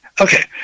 Okay